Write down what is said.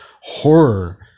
horror